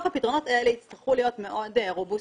הפתרונות האלה יצטרכו להיות מאוד רובוסטיים.